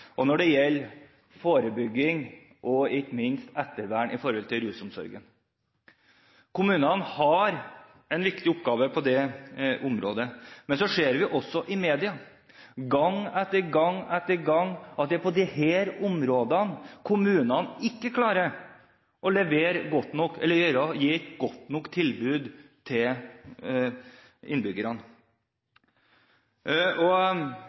når det gjelder forebygging, og ikke minst ettervern i forhold til rusomsorgen. Kommunene har en viktig oppgave på det området. Men i media ser vi også gang etter gang etter gang at det er på disse områdene kommunene ikke klarer å gi et godt nok tilbud til innbyggerne.